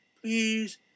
please